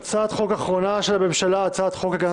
הצעת חוק אחרונה של הממשלה הצעת חוק הגנת